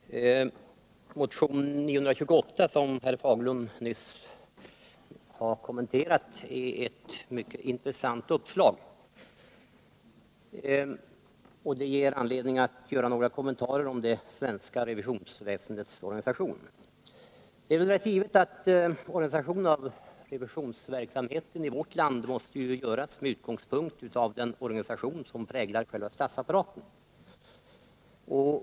Herr talman! Motionen 928, som herr Fagerlund nyss har talat om, innehåller ett mycket intressant uppslag, och det ger mig anledning att göra några kommentarer om det svenska revisionsväsendets organisation. Det är rätt givet att organisationen av den statliga revisionsverksamheten i vårt land måste göras med utgångspunkt i den organisation som präglar själva statsapparaten.